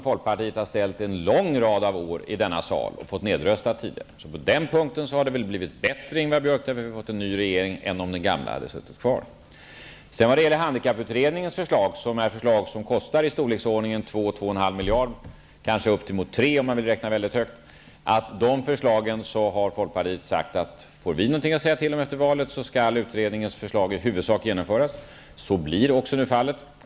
Folkpartiet har under en lång rad av år ställt detta krav i denna sal men fått det nedröstat. På den punkten har det väl, Ingvar Björk, blivit bättre sedan vi har fått en ny regering. När det gäller handikapputredningens förslag som skulle innebära en kostnad på 2--2,5 miljarder kronor, ja kanske upp till 3 miljarder kronor om man vill räkna med en mycket hög siffra, har folkpartiet sagt, att om folkpartiet får någonting att säga till om efter valet, skall utredningens förslag i huvudsak genomföras. Så blir nu också fallet.